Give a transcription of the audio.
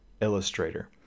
illustrator